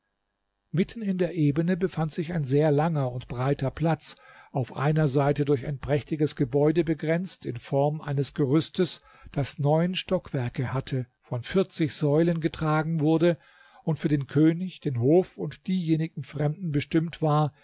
mitten in der ebene befand sich ein sehr langer und breiter platz auf einer seite durch ein prächtiges gebäude begrenzt in form eines gerüstes das neun stockwerke hatte von vierzig säulen getragen wurde und für den könig den hof und diejenigen fremden bestimmt war